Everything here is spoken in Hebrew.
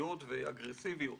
מלאכותיות ואגרסיביות